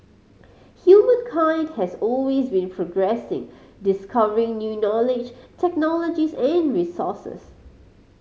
humankind has always been progressing discovering new knowledge technologies and resources